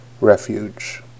refuge